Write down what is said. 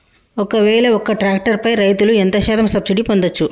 ఒక్కవేల ఒక్క ట్రాక్టర్ పై రైతులు ఎంత శాతం సబ్సిడీ పొందచ్చు?